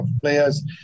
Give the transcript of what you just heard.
players